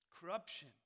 corruption